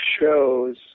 shows